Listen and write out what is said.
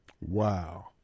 Wow